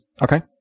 okay